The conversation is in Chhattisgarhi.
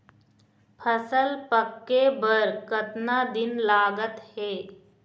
फसल पक्के बर कतना दिन लागत हे?